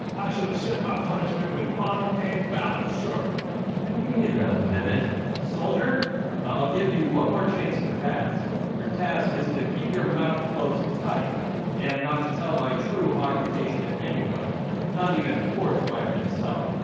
i shall accept my punishment with honor and valor sir, wait a minute soldier i'll give you one more chance to pass your task is to keep your mouth closed tight and not to tell my true occupation to anyone not even chords meyer himself